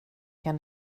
kan